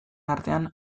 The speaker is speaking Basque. artean